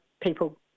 people